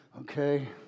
okay